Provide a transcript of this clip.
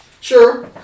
Sure